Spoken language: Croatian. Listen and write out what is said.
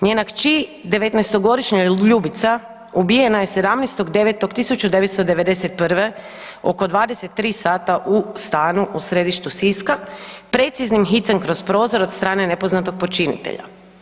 Njena kći 19-to godišnja Ljubica ubijena je 17.9.1991. oko 23 sata u stanu u središtu Siska preciznim hicem kroz prozor od strane nepoznatog počinitelja.